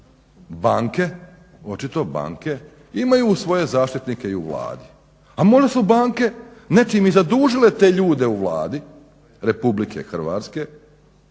ne, očito banke imaju svoje zaštitnike i u Vladi, a možda su banke nečim i zadužile te ljude u Vladi Republike Hrvatske.